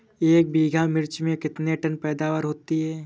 एक बीघा मिर्च में कितने टन पैदावार होती है?